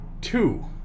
two